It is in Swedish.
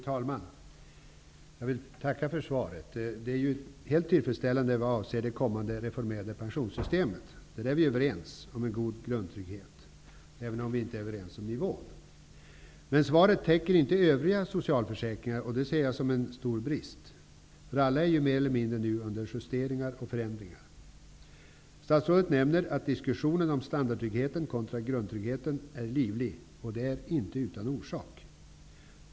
Fru talman! Jag vill tacka för svaret, som var helt tillfredsställande i vad avser det kommande reformerade pensionssystemet. Där är vi överens om en god grundtrygghet, även om vi inte är överens om nivån. Men svaret täcker inte övriga socialförsäkringar, och det ser jag som en stor brist. Alla socialförsäkringar är nu mer eller mindre föremål för justeringar och förändringar. Statsrådet nämner att diskussionen om standardtryggheten kontra grundtryggheten är livlig. Och det är inte utan orsak.